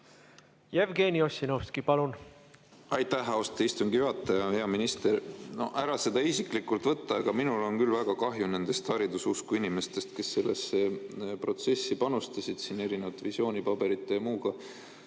Jevgeni Ossinovski, palun! Aitäh, austatud istungi juhataja! Hea minister! No ära seda isiklikult võta, aga minul on küll väga kahju nendest hariduse usku inimestest, kes sellesse protsessi panustasid visiooni, paberite ja muuga.